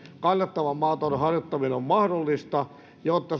kannattavan maatalouden harjoittaminen on mahdollista jotta